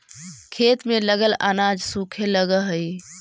खेत में लगल अनाज सूखे लगऽ हई